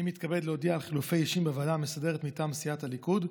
אני מתכבד להודיע על חילופי אישים בוועדה המסדרת: מטעם סיעת הליכוד,